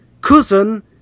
cousin